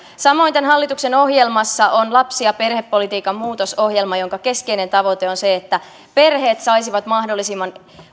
samoin tämän hallituksen ohjelmassa on lapsi ja perhepolitiikan muutosohjelma jonka keskeinen tavoite on se että perheet saisivat mahdollisimman